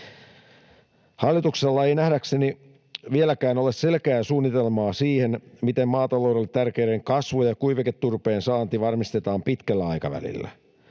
Hallituksella ei nähdäkseni vieläkään ole selkeää suunnitelmaa siitä, miten maataloudelle tärkeiden kasvu- ja kuiviketurpeen saanti varmistetaan pitkällä aikavälillä.